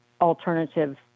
alternative